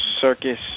circus